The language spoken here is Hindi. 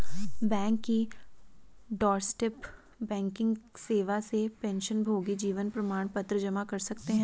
बैंक की डोरस्टेप बैंकिंग सेवा से पेंशनभोगी जीवन प्रमाण पत्र जमा कर सकते हैं